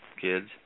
kids